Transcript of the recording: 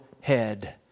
head